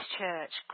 church